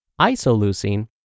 Isoleucine